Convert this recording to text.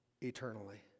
eternally